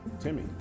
Timmy